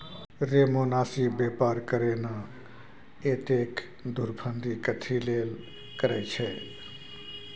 रे मोनासिब बेपार करे ना, एतेक धुरफंदी कथी लेल करय छैं?